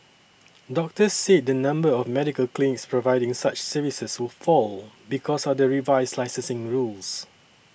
doctors said the number of medical clinics providing such services would fall because of the revised licensing rules